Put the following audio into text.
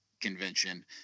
Convention